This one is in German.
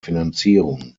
finanzierung